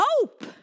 hope